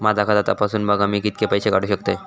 माझा खाता तपासून बघा मी किती पैशे काढू शकतय?